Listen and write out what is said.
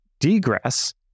degress